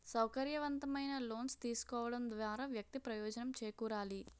సౌకర్యవంతమైన లోన్స్ తీసుకోవడం ద్వారా వ్యక్తి ప్రయోజనం చేకూరాలి